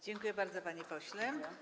Dziękuję bardzo, panie pośle.